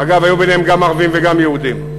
אגב, היו ביניהם גם ערבים וגם יהודים.